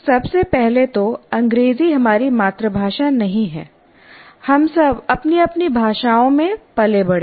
सबसे पहले तो अंग्रेजी हमारी मातृभाषा नहीं है हम सब अपनी अपनी भाषाओं में पले बढ़े हैं